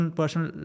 personal